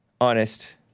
Honest